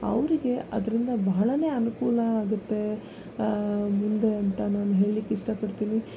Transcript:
ಅವರಿಗೆ ಅದರಿಂದ ಬಹಳವೇ ಅನುಕೂಲ ಆಗತ್ತೆ ಮುಂದೆ ಅಂತ ನಾನು ಹೇಳ್ಲಿಕ್ ಇಷ್ಟಪಡ್ತೀನಿ